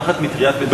תחת מטריית בית-הספר?